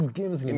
games